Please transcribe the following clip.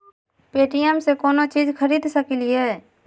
Paytm से कौनो चीज खरीद सकी लिय?